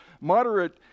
moderate